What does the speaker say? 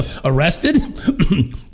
arrested